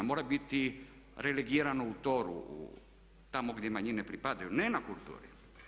Mora biti relegirano u, … tamo gdje manjine pripadaju, ne na kulturi.